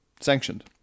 Sanctioned